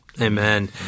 Amen